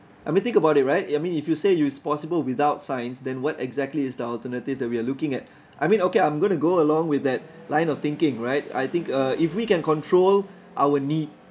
I mean think about it right I mean if you say it's possible without science then what exactly is the alternative that we are looking at I mean okay I'm going to go along with that line of thinking right I think uh if we can control our need